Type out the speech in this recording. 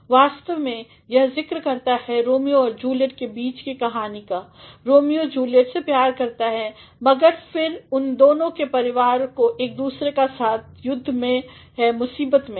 वास्तव में यह ज़िक्र करता है रोमियो और जूलिएट के बीच की कहानी का रोमियो जूलिएट से प्यार करता है मगर फिर उन दोनों के परिवार एक दुसरे से साथ युद्ध में हैं मुसीबत में हैं